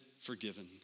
forgiven